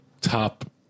top